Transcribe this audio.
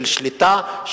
של שליטה,